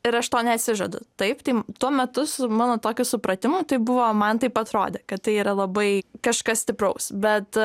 ir aš to neatsižadu taip tai tuo metu su mano tokiu supratimu tai buvo man taip atrodė kad tai yra labai kažkas stipraus bet